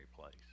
place